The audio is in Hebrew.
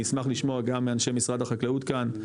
אני אשמח לשמוע גם מאנשי משרד החקלאות כאן,